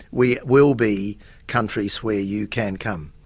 we will be countries where you can come.